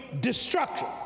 destruction